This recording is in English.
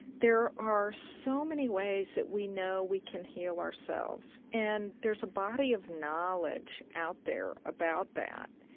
there are so many ways that we know we can heal ourselves and there's a body of knowledge out there about that.